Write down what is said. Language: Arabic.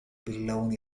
باللون